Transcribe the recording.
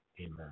Amen